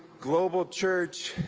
global church,